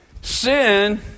Sin